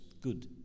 good